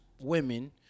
women